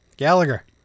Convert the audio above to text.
Gallagher